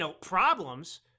problems